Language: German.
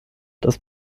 das